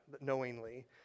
knowingly